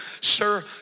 sir